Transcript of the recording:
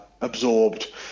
absorbed